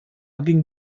ging